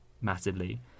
massively